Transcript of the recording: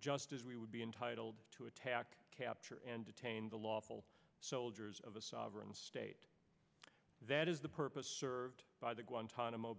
just as we would be entitled to attack capture and detain the lawful soldiers of a sovereign state that is the purpose served by the guantanamo